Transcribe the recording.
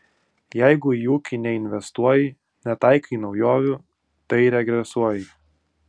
jeigu į ūkį neinvestuoji netaikai naujovių tai regresuoji